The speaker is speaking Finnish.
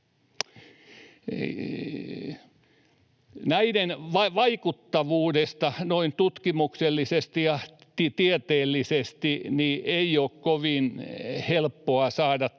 Näiden vaikuttavuudesta noin tutkimuksellisesti ja tieteellisesti ei ole kovin helppoa saada